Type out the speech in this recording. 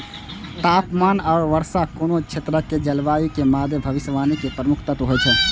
तापमान आ वर्षा कोनो क्षेत्रक जलवायु के मादे भविष्यवाणी के प्रमुख तत्व होइ छै